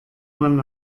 man